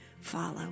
follow